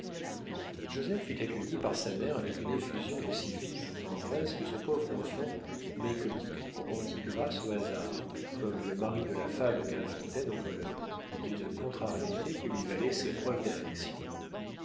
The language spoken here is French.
joseph fut accueilli par sa mère avec une effusion de si vive tendresse que ce pauvre enfant méconnu rendit grâce au hasard comme le mari de la fable de la fontaine au voleur d'une contrariété qui lui valait ces preuves d'affection